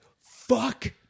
fuck